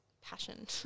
passion